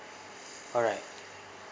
alright